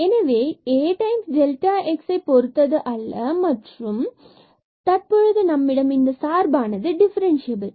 எனவே A delta xஐ பொறுத்தது அல்ல மற்றும் தற்பொழுது நம்மிடம் இந்த சார்பானது டிஃபரன்ஸ்சியபில்